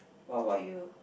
what about you